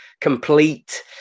complete